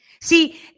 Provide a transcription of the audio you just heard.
See